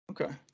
okay